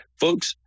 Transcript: folks